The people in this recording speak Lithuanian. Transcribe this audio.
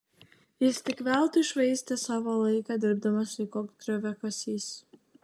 jis tik veltui švaistė savo laiką dirbdamas lyg koks grioviakasys